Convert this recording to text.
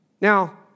Now